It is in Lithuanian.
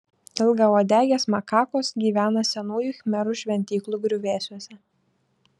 ilgauodegės makakos gyvena senųjų khmerų šventyklų griuvėsiuose